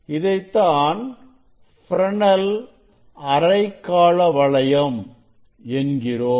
இதைத்தான் ஃப்ரெனெல் அரைக்காலவளையம் என்கிறோம்